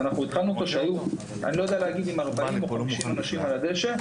התחלנו אותו כשהיו 40-50 איש על הדשא,